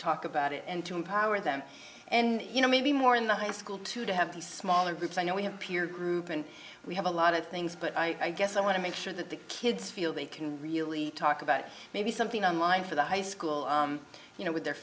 talk about it and to empower them and you know maybe more in the high school too to have the smaller because i know we have peer group and we have a lot of things but i guess i want to make sure that the kids feel they can really talk about maybe something online for the high school you know with their